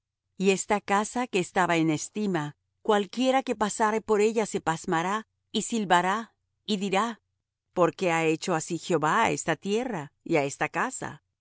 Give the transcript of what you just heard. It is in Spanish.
y esta casa que estaba en estima cualquiera que pasare por ella se pasmará y silbará y dirá por qué ha hecho así jehová á esta tierra y á esta casa